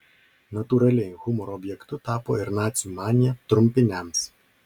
natūraliai humoro objektu tapo ir nacių manija trumpiniams